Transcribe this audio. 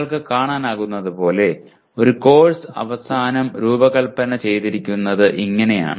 നിങ്ങൾക്ക് കാണാനാകുന്നതുപോലെ ഒരു കോഴ്സ് അവസാനം രൂപകൽപ്പന ചെയ്തിരിക്കുന്നത് ഇങ്ങനെയാണ്